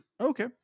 Okay